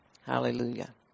Hallelujah